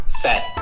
set